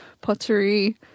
pottery